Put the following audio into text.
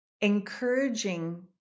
encouraging